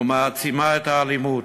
ומעצימה את האלימות.